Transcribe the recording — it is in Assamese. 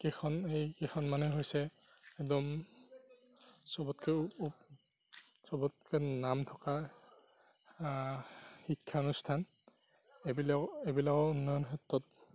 কেইখন এই কেইখন মানেই হৈছে একদম চবতকৈ ওপ চবতকৈ নাম থকা শিক্ষানুস্থান এইবিলাক এইবিলাকৰ উন্নয়ন ক্ষেত্ৰত